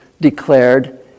declared